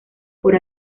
por